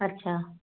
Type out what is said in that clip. अच्छा